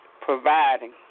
providing